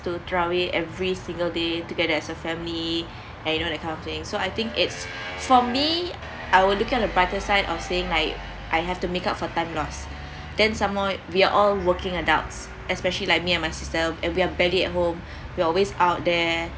to tarawikh every single day together as a family and you know that kind of thing so I think it's for me I will look at the brighter side of saying like I have to make up for time lost then some more we are all working adults especially like me and my sister and we are barely at home we're always out there